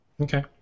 Okay